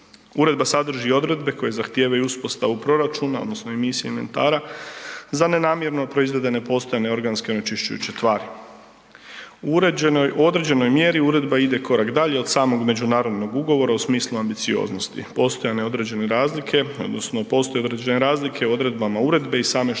Uredba sadrži i odredbe koje zahtijevaju i uspostavu proračuna odnosno .../Govornik se ne razumije./... za nenamjerno proizvedene postojane organske onečišćujuće tvari. U određenoj mjeri Uredba ide korak dalje od samog međunarodnog ugovora u smislu ambicioznosti. Postojane određene razlike, odnosno postoje